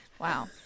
wow